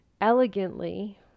elegantly